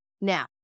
now